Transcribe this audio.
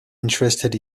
interested